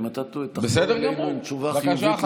אם אתה תחזור אלינו עם תשובה חיובית,